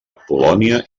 polònia